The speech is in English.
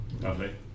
Lovely